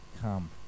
come